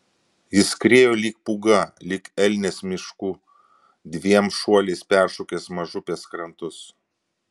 jis skriejo lyg pūga lyg elnias miškų dviem šuoliais peršokęs mažupės krantus